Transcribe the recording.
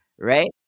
right